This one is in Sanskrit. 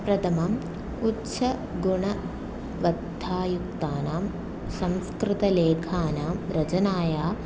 प्रथमम् उच्चगुणबद्धायुक्तानां संस्कृतलेखानां रचनायां